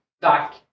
back